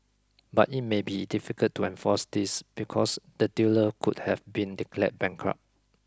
but it may be difficult to enforce this because the dealer could have been declared bankrupt